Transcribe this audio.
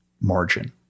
margin